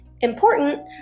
Important